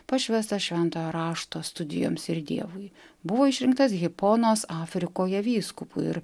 pašvęstą šventojo rašto studijoms ir dievui buvo išrinktas hiponos afrikoje vyskupu ir